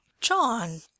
JOHN